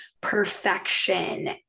perfection